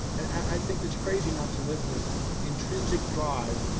and i think that's crazy not to live with intrinsic drive,